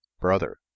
brother